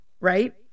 right